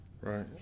Right